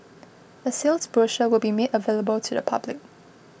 a sales brochure will be made available to the public